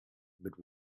but